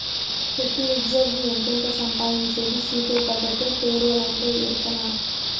పెతీ ఉజ్జ్యోగి ఎంతెంత సంపాయించేది సూపే పద్దతే పేరోలంటే, ఎరికనా